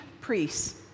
priests